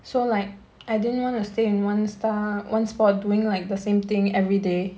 so like I didn't want to stay in one star one spot doing like the same thing everyday